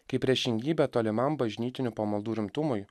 kaip priešingybė tolimam bažnytinių pamaldų rimtumui